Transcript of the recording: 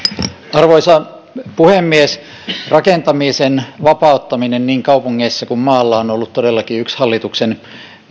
arvoisa puhemies rakentamisen vapauttaminen niin kaupungeissa kuin maalla on ollut todellakin yksi hallituksen